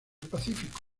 pacífico